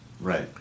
Right